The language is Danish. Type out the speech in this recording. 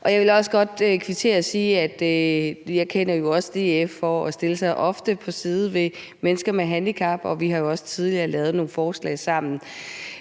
Jeg vil også godt kvittere og sige, at jeg også kender DF for ofte at stille sig på side med mennesker med handicap, og vi har jo også tidligere lavet nogle forslag sammen.